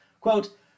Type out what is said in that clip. quote